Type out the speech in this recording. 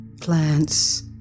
Plants